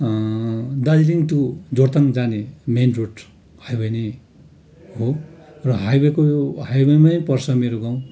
Darjeeling to Jorethang जाने main road भयो भने हो र हाईवेको हाईवेमै पर्छ मेरो गाउँ